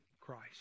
christ